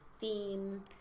theme